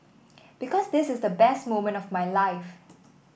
because this is the best moment of my life